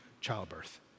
childbirth